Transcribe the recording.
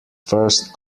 first